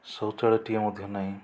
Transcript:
ଶୌଚାଳୟଟିଏ ମଧ୍ୟ ନାହିଁ